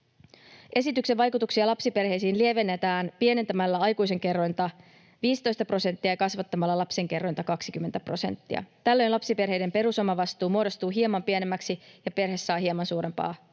Esityksen vaikutuksia lapsiperheisiin lievennetään pienentämällä aikuisen kerrointa 15 prosenttia ja kasvattamalla lapsen kerrointa 20 prosenttia. Tällöin lapsiperheiden perusomavastuu muodostuu hieman pienemmäksi ja perhe saa hieman suurempaa tukea.